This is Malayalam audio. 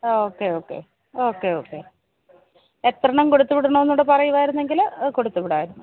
ഓക്കെ ഓക്കെ ഓക്കെ ഓക്കെ എത്ര എണ്ണം കൊടുത്തു വിടണമെന്നുകൂടെ പറയുകയായിരുന്നെങ്കില് കൊടുത്തു വിടാമായിരുന്നു